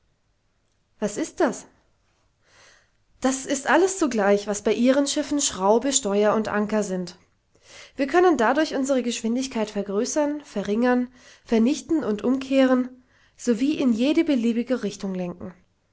was ist das das ist alles zugleich was bei ihren schiffen schraube steuer und anker sind wir können dadurch unsere geschwindigkeit vergrößern verringern vernichten und umkehren sowie in jede beliebige richtung lenken